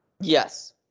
Yes